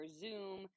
zoom